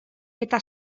eta